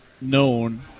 known